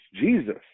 Jesus